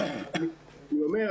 אני אומר,